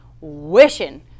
wishing